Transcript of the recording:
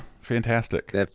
Fantastic